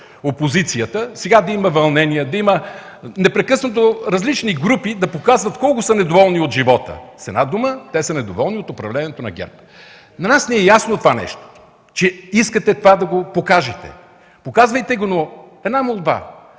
опозицията, сега да има вълнения, непрекъснато различни групи да показват колко са недоволни от живота. С една дума – те са недоволни от управлението на ГЕРБ. На нас ни е ясно, че искате да покажете това. Показвайте го, но една молба: